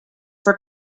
for